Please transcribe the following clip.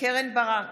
קרן ברק,